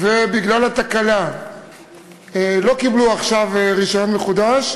ובגלל התקלה לא קיבלו עכשיו רישיון מחודש,